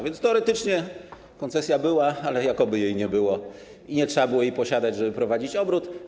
Więc teoretycznie koncesja była, ale jakoby jej nie było i nie trzeba było jej posiadać, żeby prowadzić obrót.